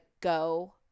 go